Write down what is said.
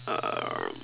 um